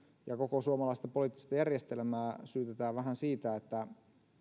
ja koko suomalaista poliittista järjestelmää syytetään vähän siitä että